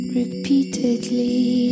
repeatedly